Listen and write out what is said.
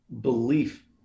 belief